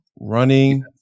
Running